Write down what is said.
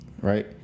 right